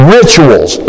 rituals